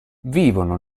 vivono